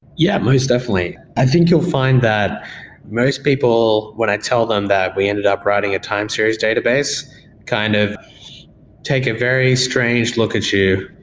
yeah, most definitely. i think you'll find that most people, when i tell them that we ended up writing a time series database kind of take a very strange, look at you,